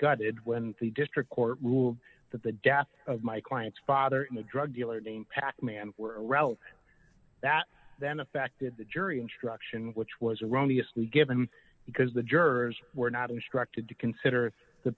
gutted when the district court ruled that the death of my client's father in the drug dealer named pac man were a route that then affected the jury instruction which was erroneous me given because the jurors were not instructed to consider the